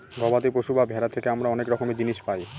গবাদি পশু বা ভেড়া থেকে আমরা অনেক রকমের জিনিস পায়